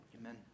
Amen